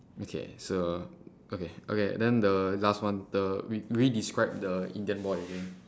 okay so okay okay then the last one the redescribe the indian boy again